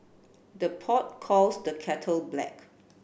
the pot calls the kettle black